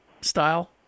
style